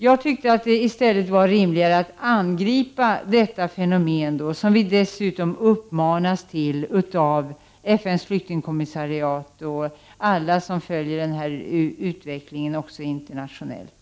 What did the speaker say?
Jag tyckte i stället att det var rimligare att angripa det som vi har kallat missbruk av asylrätten, vilket vi dessutom uppmanas att göra av FN:s flyktingkommissariat och av alla som följer denna utveckling, även internationellt.